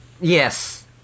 Yes